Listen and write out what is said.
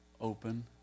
open